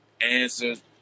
answers